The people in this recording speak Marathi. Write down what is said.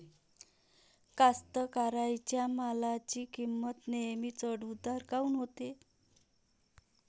कास्तकाराइच्या मालाची किंमत नेहमी चढ उतार काऊन होते?